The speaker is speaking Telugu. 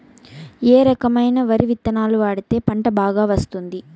ఏ రకమైన వరి విత్తనాలు వాడితే పంట బాగా వస్తుంది?